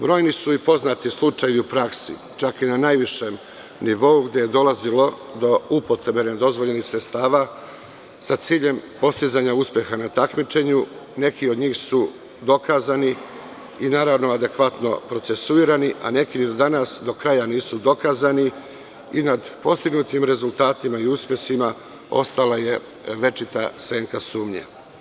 Brojni su i poznati slučajevi u praksi, čak i na najvišem nivou gde je dolazilo do upotrebe nedozvoljenih sredstava, sa ciljem postizanja uspeha na takmičenju, a neki od njih su dokazani i naravno, adekvatno procesuirani, a neki ni do danas nisu dokazani i nad postignutim rezultatima i uspesima, ostala je večita senka sumnji.